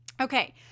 Okay